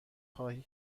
خواهی